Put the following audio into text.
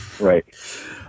Right